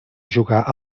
jugar